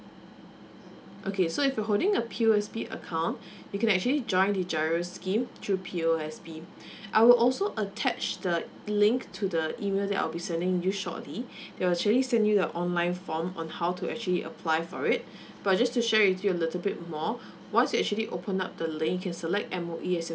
okay so if you're holding a P_U_S_B account you can actually join the G_I_R_O scheme through P_U_S_B I will also attach the link to the email that I'll be sending you shortly we'll actually send you the online form on how to actually apply for it but just to share with you a little bit more once you actually open up then you can select M_O_E as